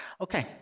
okay,